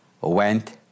went